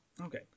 Okay